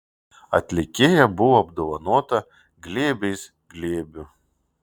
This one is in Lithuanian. atlikėja buvo apdovanota glėbiais glėbių